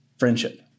friendship